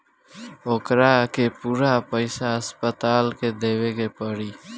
ओकरा के पूरा पईसा अस्पताल के देवे के पड़ी